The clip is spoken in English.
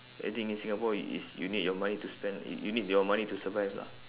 everything in singapore i~ is you need your money to spend y~ you need your money to survive lah